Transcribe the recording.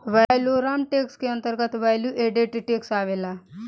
valorem tax के अंदर value added tax आवेला